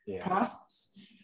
process